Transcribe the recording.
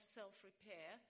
self-repair